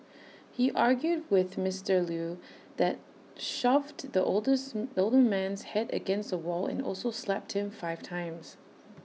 he argued with Mister Lew that shoved the oldest older man's Head against A wall and also slapped him five times